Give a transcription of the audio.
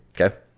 Okay